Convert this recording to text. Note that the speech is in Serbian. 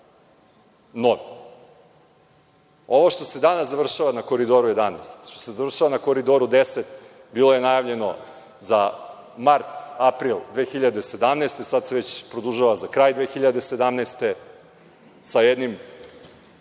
Ovo što se danas završava na Koridoru 11, što se završava na Koridoru 10, bilo je najavljeno za mart, april 2017. godine, a sada se već produžava za kraj 2017. godine